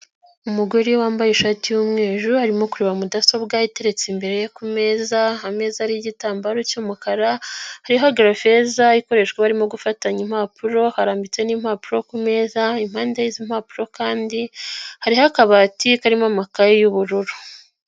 Umugore wambaye ishati y'umweru arimo kureba mudasobwa iteretse imbere ye ku meza, ameza ariho igitambaro cy'umukara, hariho garafeza ikoreshwa barimo gufatanya impapuro harambitse n'impapuro ku meza, impande y'izo mpapuro kandi hariho akabati karimo amakaye y'ubururu.